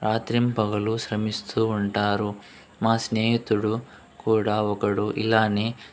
రాత్రింపగలు శ్రమిస్తూ ఉంటారు మా స్నేహితుడు కూడా ఒకడు ఇలానే